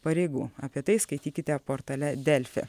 pareigų apie tai skaitykite portale delfi